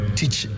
teach